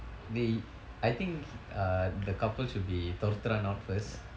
dey I think err the couple should be துரத்துறான்:thuratthuraan out first